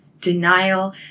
denial